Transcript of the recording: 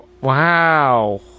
Wow